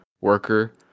worker